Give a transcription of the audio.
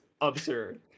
absurd